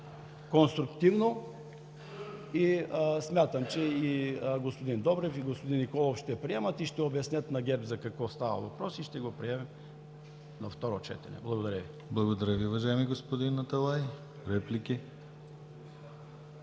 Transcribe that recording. конструктивно и смятам, че и господин Добрев, и господин Николов ще приемат и ще обяснят на ГЕРБ за какво става въпрос и ще го приемем на второ четене. Благодаря. ПРЕДСЕДАТЕЛ ДИМИТЪР ГЛАВЧЕВ: Благодаря Ви, уважаеми господин Аталай. Реплики?